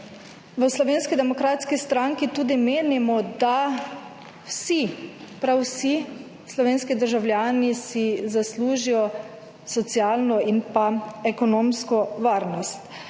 v Slovenski demokratski stranki tudi menimo, da vsi, prav vsi slovenski državljani si zaslužijo socialno in pa ekonomsko varnost.